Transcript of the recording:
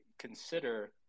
consider